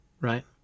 right